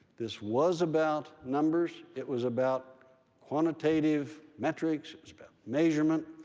this was about numbers. it was about quantitative metrics. it's about measurement.